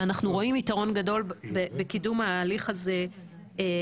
ואנחנו רואים יתרון גדול בקידום ההליך הזה בותמ"ל.